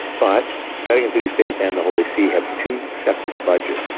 but vatican city state and the holy see have two separate budgets.